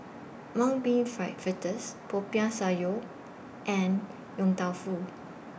Mung Bean Fritters Popiah Sayur and Yong Tau Foo